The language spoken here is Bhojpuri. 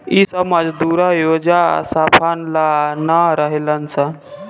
इ सब मजदूरा ओजा साफा ला ना रहेलन सन